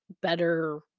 better